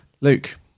Luke